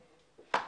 13:42.)